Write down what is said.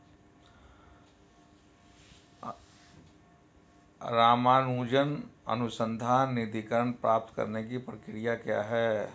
रामानुजन अनुसंधान निधीकरण प्राप्त करने की प्रक्रिया क्या है?